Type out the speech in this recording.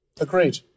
Agreed